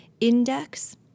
index